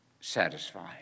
satisfied